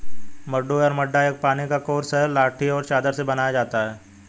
मड्डू या मड्डा एक पानी का कोर्स है लाठी और चादर से बनाया जाता है